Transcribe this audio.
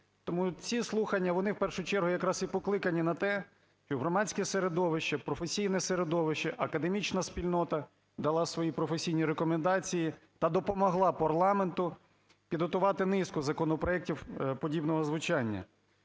Тому ці слухання, вони в першу чергу якраз і покликані на те. І громадське середовище, професійне середовище, академічна спільнота дала свої професійні рекомендації та допомогла парламенту підготувати низку законопроектів подібного звучання.